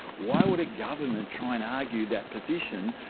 why would a government try and argue that position,